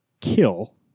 kill